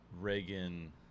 Reagan